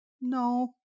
No